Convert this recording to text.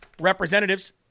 Representatives